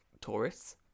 tourists